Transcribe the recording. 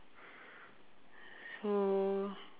so